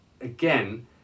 again